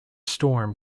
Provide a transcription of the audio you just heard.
storm